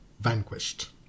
vanquished